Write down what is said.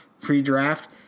pre-draft